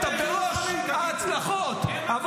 אתה בראש ההצלחות ----- על לוחמים, תגיד לי.